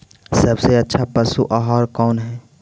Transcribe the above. सबसे अच्छा पशु आहार कौन है?